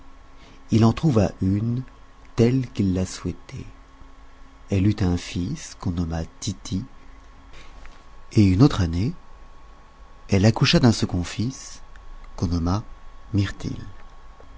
il en trouva une telle qu'il la souhaitait elle eut un fils qu'on nomma tity et une autre année elle accoucha d'un second fils qu'on nomma mirtil